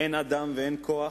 אין אדם ואין כוח,